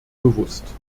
bewusst